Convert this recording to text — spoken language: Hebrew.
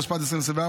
התשפ"ד 2024,